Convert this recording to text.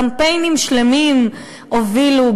קמפיינים שלמים הובילו,